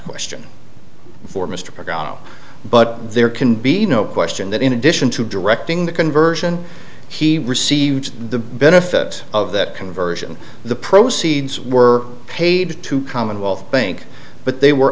question for mr program but there can be no question that in addition to directing the conversion he received the benefits of that conversion the proceeds were paid to commonwealth bank but they were